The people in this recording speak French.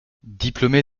diplômé